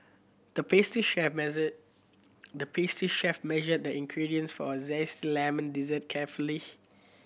the pastry chef measured the pastry chef measured the ingredients for a zesty lemon dessert carefully